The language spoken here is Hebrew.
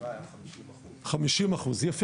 בחטיבה היה 50%. 50%, יפה.